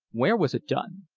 where was it done?